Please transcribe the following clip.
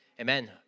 Amen